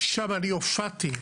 שם אני הופעתי.